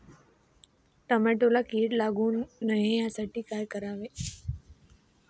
टोमॅटोला कीड लागू नये यासाठी काय करावे?